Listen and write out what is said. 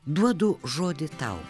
duodu žodį tau